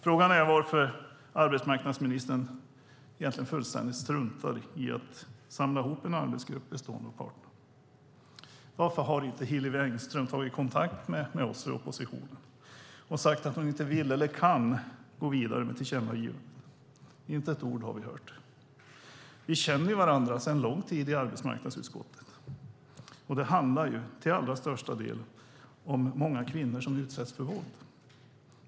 Frågan är varför arbetsmarknadsministern egentligen fullständigt struntar i att samla ihop en arbetsgrupp bestående av parterna. Varför har inte Hillevi Engström tagit kontakt med oss i oppositionen och sagt att hon inte vill eller kan gå vidare med tillkännagivandet? Inte ett ord har vi hört. Vi känner varandra i arbetsmarknadsutskottet sedan lång tid tillbaka. Detta handlar till allra största del om de många kvinnor som utsätts för våld.